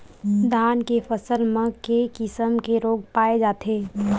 धान के फसल म के किसम के रोग पाय जाथे?